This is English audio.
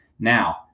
now